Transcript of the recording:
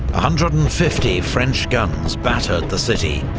hundred and fifty french guns battered the city,